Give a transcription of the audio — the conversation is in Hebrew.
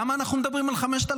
למה אנחנו מדברים על 5,000?